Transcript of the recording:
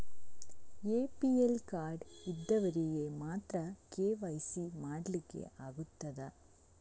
APL card ಇದ್ದವರಿಗೆ ಮಾತ್ರ KYC ಮಾಡಲಿಕ್ಕೆ ಆಗುತ್ತದಾ?